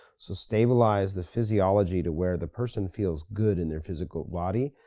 so stabilize the physiology to where the person feels good in their physical body,